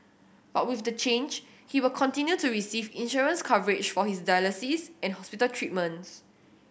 but with the change he will continue to receive insurance coverage for his dialysis and hospital treatments